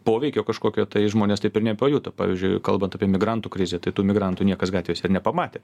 poveikio kažkokio tai žmonės taip ir nepajuto pavyzdžiui kalbant apie migrantų krizę tai tų migrantų niekas gatvėse ir nepamatė